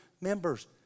members